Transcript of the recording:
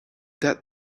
that